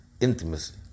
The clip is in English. intimacy